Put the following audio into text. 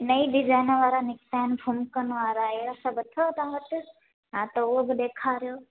नई डिजाइन वारा निकिता आहिनि फुंकन वारा अहिड़ा सभु अथव तव्हां वटि हा त उहो बि ॾेखारियो